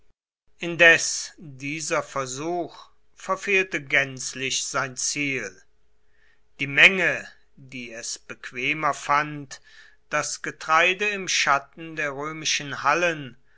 indes dieser versuch verfehlte gänzlich sein ziel die menge die es bequemer fand das getreide im schatten der römischen hallen